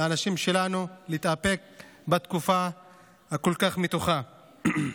לאנשים שלנו להתאפק בתקופה הכל-כך מתוחה.